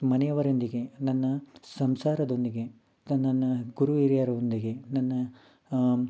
ಮನೆಯವರೊಂದಿಗೆ ನನ್ನ ಸಂಸಾರದೊಂದಿಗೆ ಮತ್ತು ನನ್ನ ಗುರು ಹಿರಿಯರೊಂದಿಗೆ ನನ್ನ